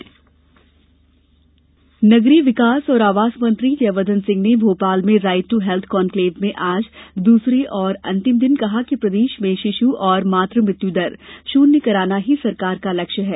right to health नगरीय विकास और आवास मंत्री जयवर्द्वन सिंह ने भोपाल में राइट टु हेल्थ कान्क्लेव के आज दूसरे और अंतिम दिन कहा कि प्रदेश में शिशु और मातु मृत्यु दर शुन्य करना ही सरकार का लक्ष्य है